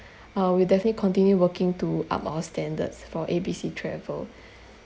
uh we'll definitely continue working to up our standards for A B C travel